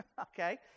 Okay